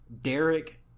Derek